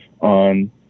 on